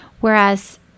whereas